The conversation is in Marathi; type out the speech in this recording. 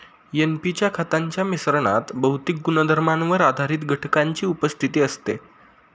एन.पी च्या खतांच्या मिश्रणात भौतिक गुणधर्मांवर आधारित घटकांची उपस्थिती असते